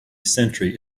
sentry